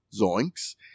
Zoinks